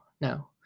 no